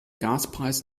gaspreis